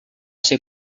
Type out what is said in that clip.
ser